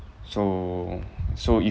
so so if